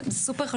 זה סופר חשוב.